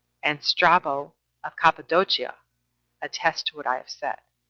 and strabo of cappadocia attests to what i have said,